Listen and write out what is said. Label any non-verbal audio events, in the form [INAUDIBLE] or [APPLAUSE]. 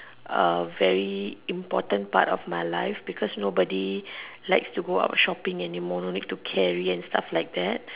a very important part of my life because nobody [BREATH] likes to go out shopping anymore no need to care already and stuff like that